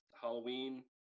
halloween